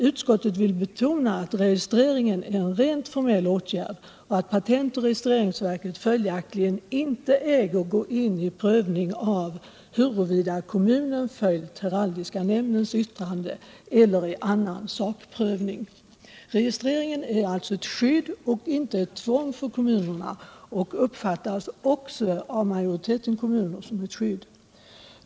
Utskottet vill betona att registreringen är en rent formell åtgärd och att patentoch registreringsverket följaktligen inie äger gå in i prövning av huruvida kommunen följt heraldiska nämndens yttrande eller i annan sakprövning.” 141 Registreringen är alltså ett skydd och inte ett tvång för kommunerna. Den uppfattas också av de flesta kommuner som ett skydd.